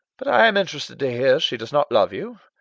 but i am interested to hear she does not love you.